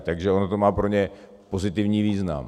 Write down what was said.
Takže ono to má pro ně pozitivní význam.